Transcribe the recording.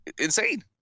insane